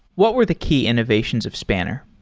what were the key innovations of spanner?